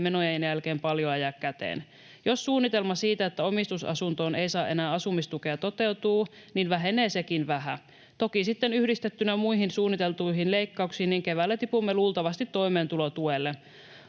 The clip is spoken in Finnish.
ei menojen jälkeen paljoa jää käteen. Jos suunnitelma siitä, että omistusasuntoon ei saa enää asumistukea, toteutuu, niin vähenee sekin vähä. Toki sitten yhdistettynä muihin suunniteltuihin leikkauksiin keväällä tipumme luultavasti toimeentulotuelle.